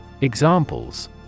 Examples